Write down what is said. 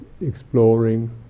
exploring